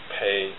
pay